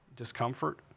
Discomfort